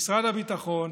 ממשרד הביטחון,